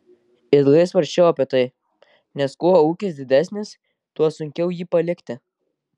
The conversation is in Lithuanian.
ilgai svarsčiau apie tai nes kuo ūkis didesnis tuo sunkiau jį palikti